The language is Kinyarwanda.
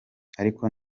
ariko